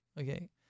Okay